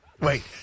wait